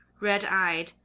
red-eyed